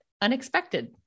unexpected